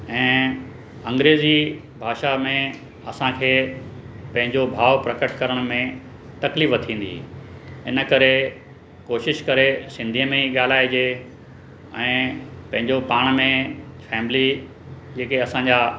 ऐं अंग्रेज़ी भाषा में असांखे पंहिंजो भाव प्रकट करण में तकलीफ़ु थींदी इन करे कोशिशि करे सिंधीअ में ई ॻाल्हाइजे ऐं पंहिंजो पाण में फैमिली जेके असांजा